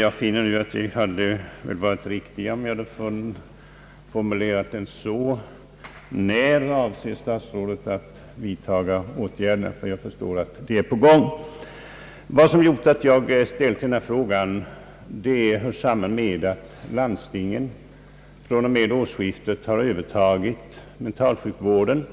Jag finner att det hade varit riktigare att formulera den: »När avser statsrådet att vidta åtgärder», ty jag förstår att sådana redan är under förberedelse. Min fråga hör samman med att landstingen från och med årsskiftet har övertagit mentalsjukvården.